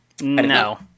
no